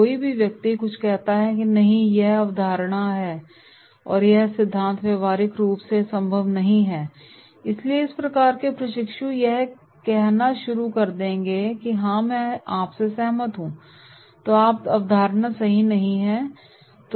कोई व्यक्ति कुछ कहता है नहीं यह अवधारणा और यह सिद्धांत व्यावहारिक रूप से संभव नहीं है इसलिए इस प्रकार के प्रशिक्षु यह कहना शुरू कर देंगे कि हाँ मैं भी आपसे सहमत हूँ तो यह अवधारणा सही नहीं चलेगी